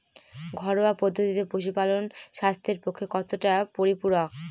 ঘরোয়া পদ্ধতিতে পশুপালন স্বাস্থ্যের পক্ষে কতটা পরিপূরক?